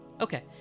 okay